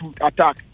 attack